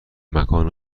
مکان